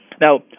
Now